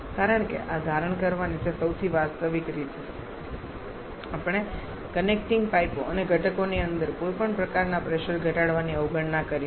કારણ કે આ ધારણ કરવાની તે સૌથી વાસ્તવિક રીત છે આપણે કનેક્ટિંગ પાઈપો અને ઘટકોની અંદર કોઈપણ પ્રકારના પ્રેશર ઘટાડાની અવગણના કરી છે